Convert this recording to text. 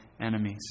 enemies